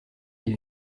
les